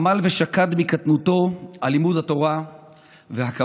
עמל ושקד מקטנותו על לימוד התורה והקבלה,